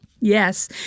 Yes